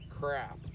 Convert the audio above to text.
crap